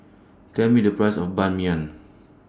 Tell Me The Price of Ban Mian